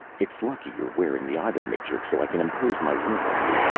it's lucky you are wearing the ivan-matrix, so i can impose my will on you.